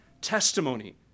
testimony